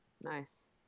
nice